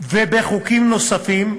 ובחוקים נוספים,